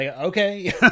okay